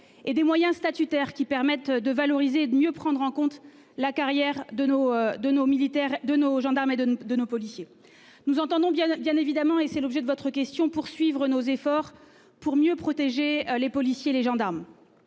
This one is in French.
et des moyens statutaires qui permettent de valoriser et de mieux prendre en compte la carrière de nos, de nos militaires, de nos gendarmes et de de nos policiers, nous entendons bien bien évidemment et c'est l'objet de votre question poursuivre nos efforts pour mieux protéger les policiers, les gendarmes.